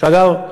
שאגב,